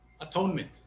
atonement